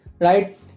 right